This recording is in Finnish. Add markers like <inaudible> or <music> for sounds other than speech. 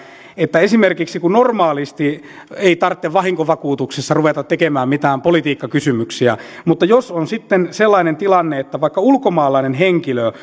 kun esimerkiksi normaalisti ei tarvitse vahinkovakuutuksissa ruveta tekemään mitään politiikkakysymyksiä niin jos on sitten sellainen tilanne että vaikka ulkomaalainen henkilö <unintelligible>